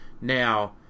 Now